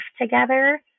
together